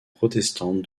protestante